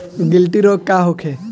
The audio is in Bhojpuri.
गिल्टी रोग का होखे?